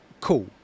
cool